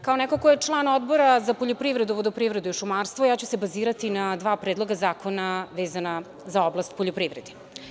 Kao neko ko je član Odbora za poljoprivredu, vodoprivredu i šumarstvo ja ću se bazirati na dva predloga zakona vezana za oblast poljoprivrede.